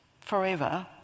forever